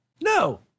No